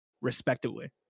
respectively